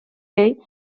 jej